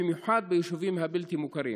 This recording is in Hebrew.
במיוחד ביישובים הבלתי-מוכרים.